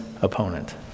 opponent